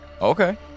Okay